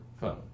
phone